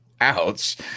Ouch